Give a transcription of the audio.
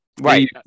Right